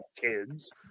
kids